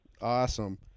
Awesome